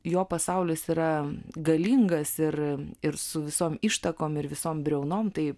jo pasaulis yra galingas ir ir su visom ištakom ir visom briaunom tai